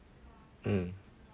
mm